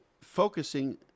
focusing